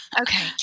Okay